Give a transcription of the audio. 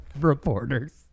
reporters